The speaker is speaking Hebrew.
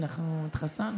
אנחנו התחסנו.